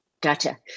Gotcha